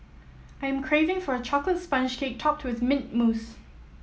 I'm craving for a chocolate sponge cake topped with mint mousse